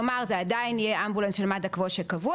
כלומר זה עדיין יהיה אמבולנס של מד"א כמו שקבוע,